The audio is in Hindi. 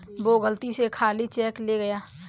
वो गलती से खाली चेक ले गया